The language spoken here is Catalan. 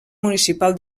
municipal